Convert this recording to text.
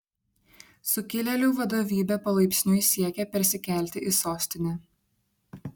sukilėlių vadovybė palaipsniui siekia persikelti į sostinę